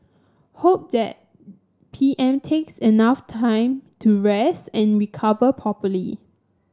hope that P M takes enough time to rest and recover